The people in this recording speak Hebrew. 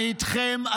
אני איתכם,